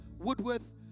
Woodworth